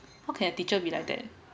how can a teacher be like that